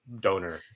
donor